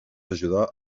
ajudar